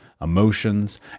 emotions